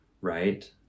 right